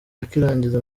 akirangiza